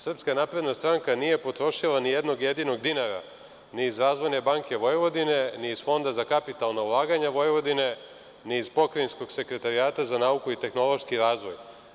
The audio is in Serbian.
Srpska napredna stranka nije potrošila ni jednog jedinog dinara ni iz „Razvojne banke Vojvodine“ ni iz Fonda za kapitalna ulaganja Vojvodine, ni iz Pokrajinskog sekretarijata za nauku i tehnološki razvoj.